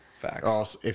Facts